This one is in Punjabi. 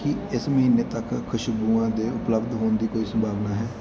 ਕੀ ਇਸ ਮਹੀਨੇ ਤੱਕ ਖੁਸ਼ਬੂਆਂ ਦੇ ਉਪਲੱਬਧ ਹੋਣ ਦੀ ਕੋਈ ਸੰਭਾਵਨਾ ਹੈ